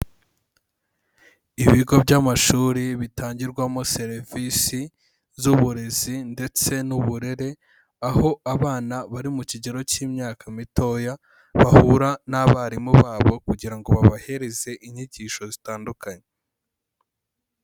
Ibigo by'amashuri bitangirwamo serivisi z'uburezi ndetse n'uburere, aho abana bari mu kigero cy'imyaka mitoya bahura n'abarimu babo kugira ngo babahereze inyigisho zitandukanye.